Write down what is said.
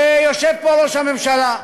יושב פה ראש ממשלה,